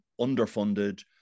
underfunded